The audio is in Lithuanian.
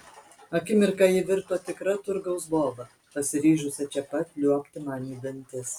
akimirką ji virto tikra turgaus boba pasiryžusia čia pat liuobti man į dantis